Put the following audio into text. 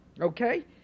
Okay